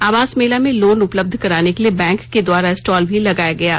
आवास मेला में लोन उपलब्ध कराने के लिए बैंक के द्वारा स्टाल भी लगाया गया था